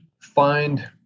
find